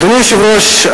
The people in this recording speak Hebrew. אדוני היושב-ראש,